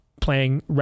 playing